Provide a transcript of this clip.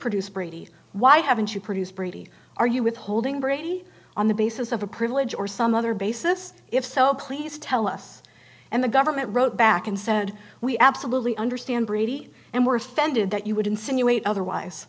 produce brady why haven't you produced brady are you withholding brady on the basis of a privilege or some other basis if so please tell us and the government wrote back and said we absolutely understand brady and were offended that you would insinuate otherwise